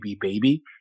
baby